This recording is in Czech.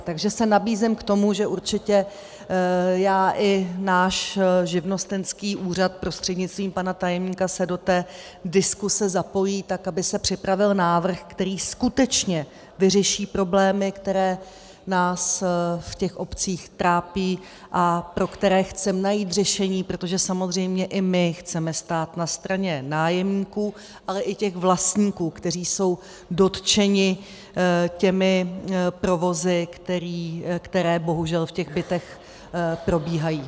Takže se nabízím k tomu, že určitě já i náš živnostenský úřad prostřednictvím pana tajemníka se do té diskuse zapojíme tak, aby se připravil návrh, který skutečně vyřeší problémy, které nás v obcích trápí a pro které chceme najít řešení, protože samozřejmě i my chceme stát na straně nájemníků, ale i těch vlastníků, kteří jsou dotčeni těmi provozy, které bohužel v těch bytech probíhají.